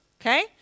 okay